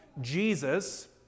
Jesus